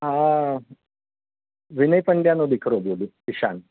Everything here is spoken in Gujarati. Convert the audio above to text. હા વિનય પંડ્યાનો દીકરો બોલું ઈશાન